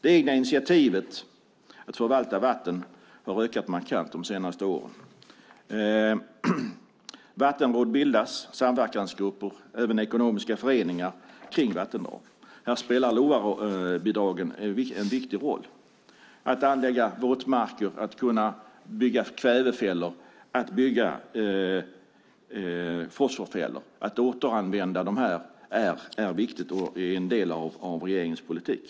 Egna initiativ till att förvalta vatten har under de senaste åren markant ökat. Vattenråd, samverkansgrupper och också ekonomiska föreningar bildas när det gäller vattendrag. Här spelar LOVA-bidragen en viktig roll. Att anlägga våtmarker och att kunna bygga kvävefällor och fosforfällor men också återanvändning är viktigt och en del av regeringens politik.